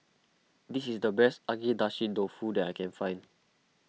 this is the best Agedashi Dofu that I can find